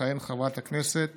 תכהן חברת הכנסת